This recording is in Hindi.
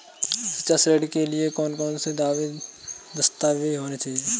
शिक्षा ऋण के लिए कौन कौन से दस्तावेज होने चाहिए?